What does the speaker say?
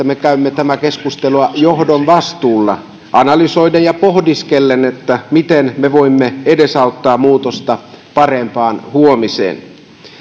me käymme tätä keskustelua johdon vastuulla analysoiden ja pohdiskellen miten me voimme edesauttaa muutosta parempaan huomiseen